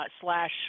slash